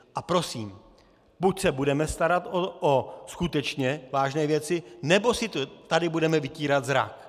A prosím, buď se budeme starat o skutečně vážné věci, nebo si tady budeme vytírat zrak.